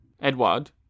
Edward